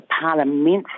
parliamentary